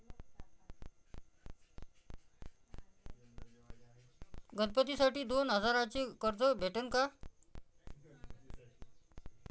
गणपतीसाठी दोन हजाराचे कर्ज भेटन का?